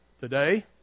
Today